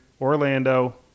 Orlando